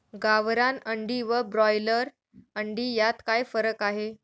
गावरान अंडी व ब्रॉयलर अंडी यात काय फरक आहे?